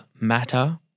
matter